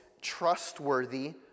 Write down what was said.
trustworthy